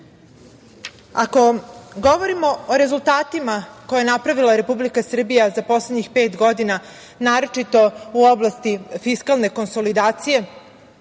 govorimo o rezultatima koje je napravila Republika Srbija za poslednjih pet godina, naročito u oblasti fiskalne konsolidacije,